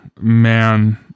man